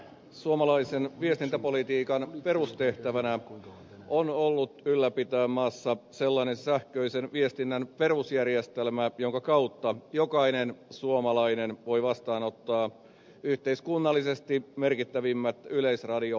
suomalaisen viestintäpolitiikan perustehtävänä on ollut ylläpitää maassa sellainen sähköisen viestinnän perusjärjestelmä jonka kautta jokainen suomalainen voi vastaanottaa yhteiskunnallisesti merkittävimmät yleisradio ohjelmat